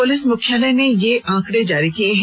police मुख्यालय ने ये आंकड़े जारी किए हैं